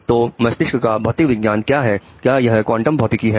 तो मस्तिष्क का भौतिक विज्ञान क्या है क्या यह क्वांटम भौतिकी है